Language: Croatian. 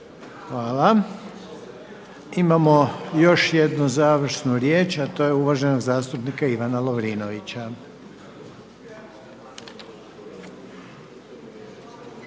Hvala. Imamo još jednu završnu riječ, a to je uvaženog zastupnika Ivana Lovrinovića.